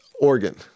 organ